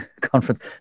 Conference